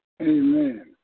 Amen